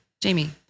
Jamie